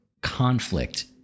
conflict